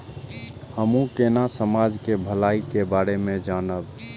हमू केना समाज के भलाई के बारे में जानब?